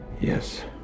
Yes